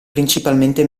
principalmente